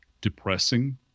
depressing